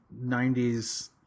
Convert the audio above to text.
90s